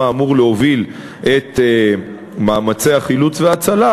אמור להוביל את מאמצי החילוץ וההצלה,